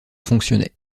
fonctionnait